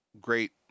great